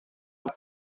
han